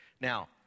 Now